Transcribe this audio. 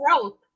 growth